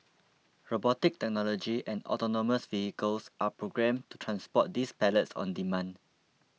robotic technology and autonomous vehicles are programmed to transport these pallets on demand